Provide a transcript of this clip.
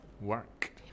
work